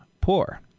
poor